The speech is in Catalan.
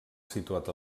situat